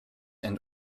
and